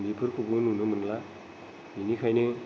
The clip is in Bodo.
बिफोरखौबो नुनो मोनला बेनिखायनो